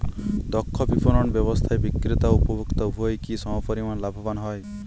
দক্ষ বিপণন ব্যবস্থায় বিক্রেতা ও উপভোক্ত উভয়ই কি সমপরিমাণ লাভবান হয়?